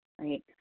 right